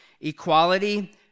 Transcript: equality